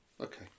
okay